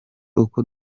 uko